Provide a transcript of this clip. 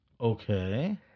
Okay